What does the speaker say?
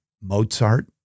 Mozart